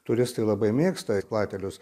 turistai labai mėgsta platelius